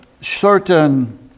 certain